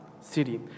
city